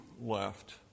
left